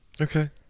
Okay